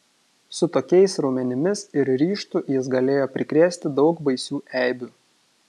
su tokiais raumenimis ir ryžtu jis galėjo prikrėsti daug baisių eibių